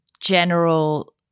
general